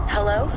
Hello